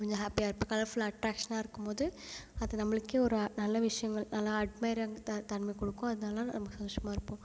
கொஞ்சம் ஹாப்பியாக இருப்ப கலர்ஃபுல் அட்ராக்ஷனாக இருக்கும் போது அது நம்பளுக்கே ஒரு நல்ல விஷயங்கள் நல்லா அட்மையராக த தன்மை கொடுக்கும் அதனால நான் ரொம்ப சந்தோஷமாக இருப்போம்